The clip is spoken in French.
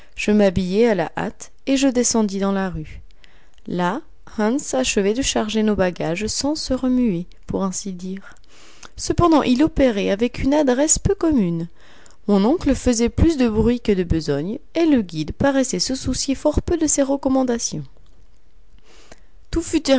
je m'habillai à la hâte et je descendis dans la rue là hans achevait de charger nos bagages sans se remuer pour ainsi dire cependant il opérait avec une adresse peu commune mon oncle faisait plus de bruit que de besogne et le guide paraissait se soucier fort peu de ses recommandations tout fut